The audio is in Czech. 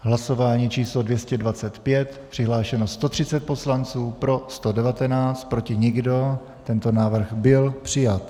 Jedná se o hlasování číslo 225, přihlášeno 130 poslanců, pro 119, proti nikdo, tento návrh byl přijat.